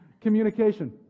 communication